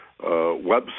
website